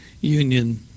Union